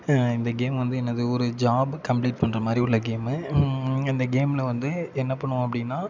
இந்த கேம் வந்து என்னாது ஒரு ஜாப் கம்ப்ளீட் பண்ணுற மாதிரி உள்ள கேமு அந்த கேமில் வந்து என்ன பண்ணுவோம் அப்படின்னா